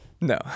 no